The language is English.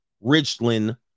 Richland